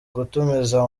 gutumiza